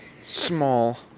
Small